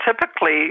Typically